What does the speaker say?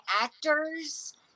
actors